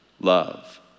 Love